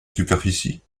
superficie